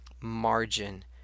margin